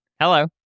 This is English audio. Hello